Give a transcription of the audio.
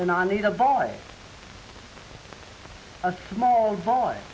and i need a boy a small boy